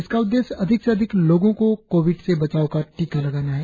इसका उद्देश्य अधिक से अधिक लोगों को कोविड से बचाव का टीका लगाना है